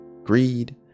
Greed